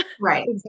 Right